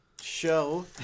show